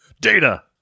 Data